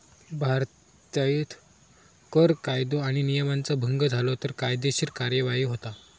भारतीत कर कायदो आणि नियमांचा भंग झालो तर कायदेशीर कार्यवाही होता